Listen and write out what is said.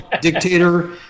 dictator